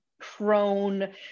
prone